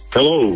Hello